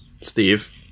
Steve